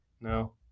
no